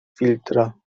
filtra